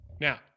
Now